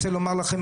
אני רוצה לומר לכם,